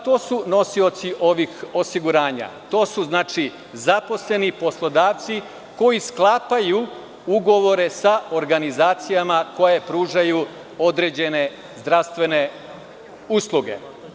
To su nosioci ovih osiguranja – zaposleni, poslodavci koji sklapaju ugovore sa organizacijama koje pružaju određene zdravstvene usluge.